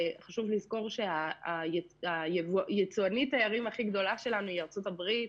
חשוב לזכור שיצואנית התיירים הכי גדולה שלנו היא ארה"ב.